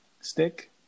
stick